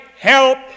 help